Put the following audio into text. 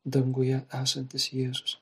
danguje esantis jėzus